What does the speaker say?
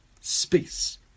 space